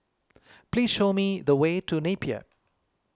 please show me the way to Napier